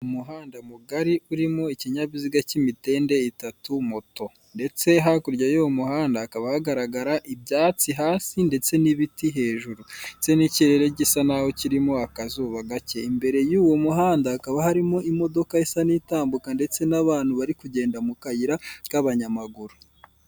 Umuhanda mugari urimo ikinyabiziga k'imitende itatu moto, ndetse hakurya y'uwo muhanda hakaba hagaragara ibyatsi hasi ndetse n'ibiti hejuru ndetse n'ikirere gisa n'aho kirimo akazuba gake, imbere y'uwo muhanda hakaba harimo imodoka isa n'iy'itambuka ndetse n'abantu bari kugenda mukayira k'abanyamaguru.